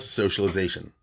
socialization